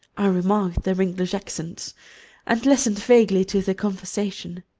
i remarked their english accents and listened vaguely to their conversation.